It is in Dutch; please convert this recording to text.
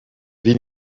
wie